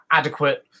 adequate